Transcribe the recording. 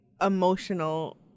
emotional